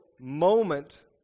moment